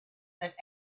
that